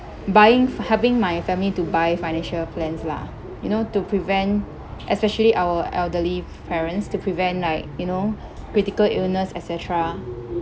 buying for having my family to buy financial plans lah you know to prevent especially our elderly parents to prevent like you know critical illness et cetera